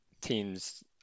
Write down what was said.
teams